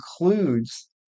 includes